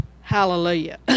Hallelujah